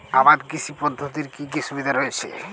আবাদ কৃষি পদ্ধতির কি কি সুবিধা রয়েছে?